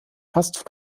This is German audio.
fast